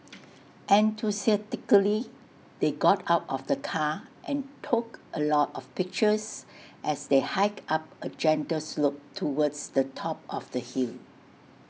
enthusiastically they got out of the car and took A lot of pictures as they hiked up A gentle slope towards the top of the hill